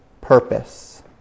purpose